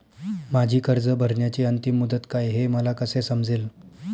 माझी कर्ज भरण्याची अंतिम मुदत काय, हे मला कसे समजेल?